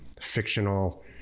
fictional